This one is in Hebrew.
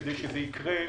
כדי שזה ייקרה.